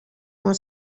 uno